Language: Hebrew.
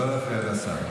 אבקש שקט.